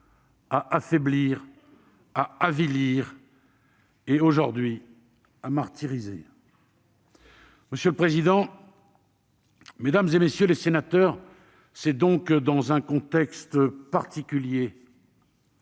à affaiblir, à avilir et, aujourd'hui, à martyriser. Monsieur le président, mesdames, messieurs les sénateurs, c'est donc dans un contexte particulier